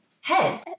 head